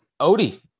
Odie